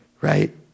right